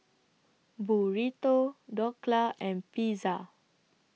Burrito Dhokla and Pizza